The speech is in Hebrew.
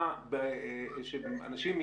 שאנשים,